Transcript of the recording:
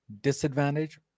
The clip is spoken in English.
disadvantage